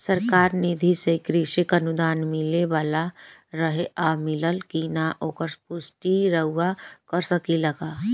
सरकार निधि से कृषक अनुदान मिले वाला रहे और मिलल कि ना ओकर पुष्टि रउवा कर सकी ला का?